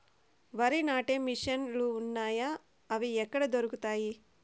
వరి నాటే మిషన్ ను లు వున్నాయా? అవి ఎక్కడ దొరుకుతాయి?